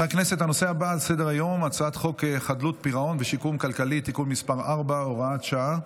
הצעת חוק זכויות הדייר בדיור הציבורי (הוראת שעה,